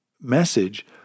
message